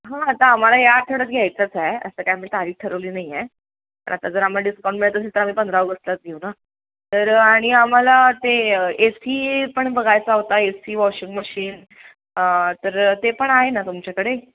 हां आता आम्हाला या आठवड्यात घ्यायचंच आहे असं काय आम्ही तारीख ठरवली नाही आहे पण आता जर आम्हाला डिस्काउंट मिळत असेल तर आम्ही पंधरा ऑगस्टात घेऊ ना तर आणि आम्हाला ते ए सी पण बघायचा होता ए सी वॉशिंग मशीन तर ते पण आहे ना तुमच्याकडे